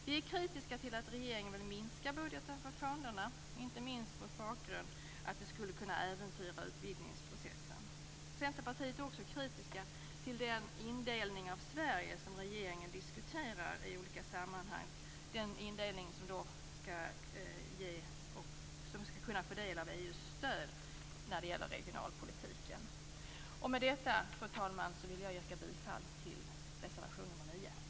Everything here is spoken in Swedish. Vi är kritiska till att regeringen vill minska budgeten för fonderna, inte minst mot bakgrund av att det skulle kunna äventyra utvidgningsprocessen. Centerpartiet är också kritiskt till den indelning av de områden i Sverige som skall kunna få del av EU:s stöd när det gäller regionalpolitiken som regeringen diskuterar i olika sammanhang. Fru talman! Med detta yrkar jag bifall till reservation nr 9.